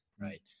Right